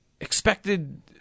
expected